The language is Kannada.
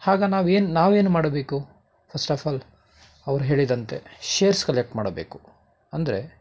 ಆಗ ನಾವೇನು ನಾವೇನು ಮಾಡಬೇಕು ಫಸ್ಟ್ ಆಫ್ ಆಲ್ ಅವ್ರು ಹೇಳಿದಂತೆ ಷೇರ್ಸ್ ಕಲೆಕ್ಟ್ ಮಾಡಬೇಕು ಅಂದರೆ